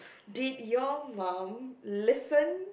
did your mum listen